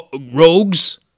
rogues